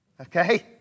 Okay